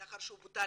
לאחר שהוא בוטל